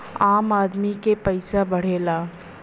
आम आदमी के पइसा बढ़ेला